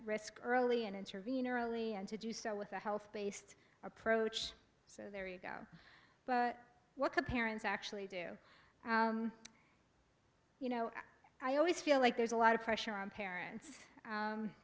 risk early and intervene early and to do so with a health based approach so there you go but what can parents actually do you know i always feel like there's a lot of pressure on parents